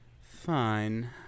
Fine